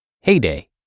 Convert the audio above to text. Heyday